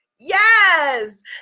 Yes